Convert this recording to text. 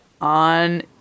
on